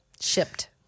Shipped